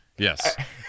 Yes